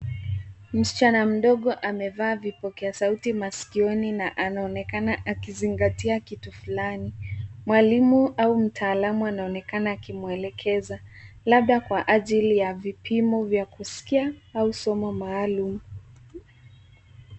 Msichana mdogo amevaa vipokea sauti masikioni na anaonekana akizingatia kitu fulani. Mwalimu au mtaalamu anaonekana akimwelekeza. Labda ni kwa ajili ya vipimo vya kusikia au somo maalum.